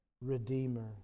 redeemer